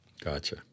Gotcha